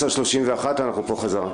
10:31 אנחנו פה חזרה.